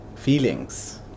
feelings